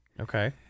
Okay